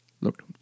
Look